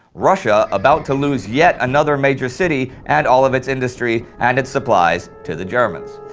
russia about to lose yet another major city and all of its industry and its supplies to the germans.